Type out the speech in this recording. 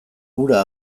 hura